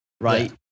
right